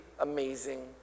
amazing